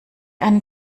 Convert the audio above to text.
einen